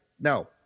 No